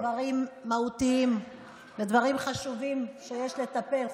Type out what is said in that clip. דברים מהותיים ודברים חשובים שיש לטפל,